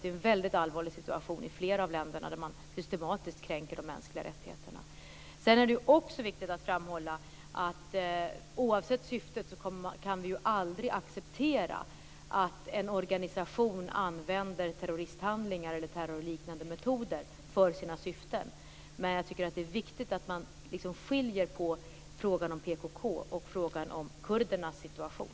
Det är en väldigt allvarlig situation i flera länder, där man systematiskt kränker de mänskliga rättigheterna. Det är också viktigt att framhålla att vi oavsett syftet aldrig kan acceptera att en organisation använder terroristhandlingar eller terrorliknande metoder för sina syften. Jag tycker dock att det är viktigt att man skiljer mellan frågan om PKK och frågan om kurdernas situation.